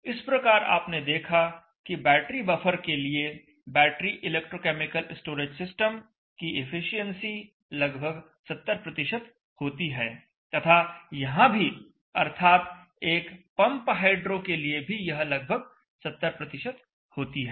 इस प्रकार आपने देखा कि बैटरी बफर के लिए बैटरी इलेक्ट्रोकेमिकल स्टोरेज सिस्टम की एफिशिएंसी लगभग 70 होती है तथा यहां भी अर्थात एक पंप हाइड्रो के लिए भी यह लगभग 70 होती है